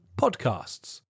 Podcasts